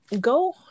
go